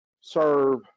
serve